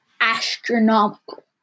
astronomical